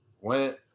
went